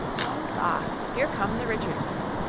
oh, la! here come the richardsons.